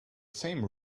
same